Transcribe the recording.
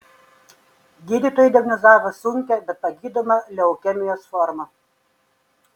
gydytojai diagnozavo sunkią bet pagydomą leukemijos formą